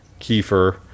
kefir